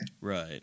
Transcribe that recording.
Right